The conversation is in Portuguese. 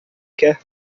quer